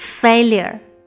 failure